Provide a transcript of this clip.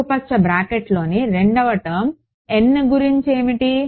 ఆకుపచ్చ బ్రాకెట్లోని రెండవ టర్మ్ N గురించి ఏమిటి